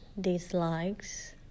Dislikes